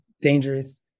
dangerous